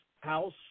house